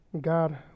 God